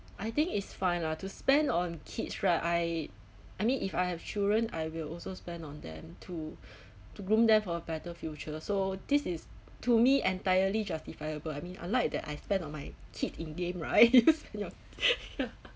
I think it's fine lah to spend on kids right I I mean if I have children I will also spend on them to to groom them for a better future so this is to me entirely justifiable I mean I like that I spend on my kids in game right ya